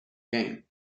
game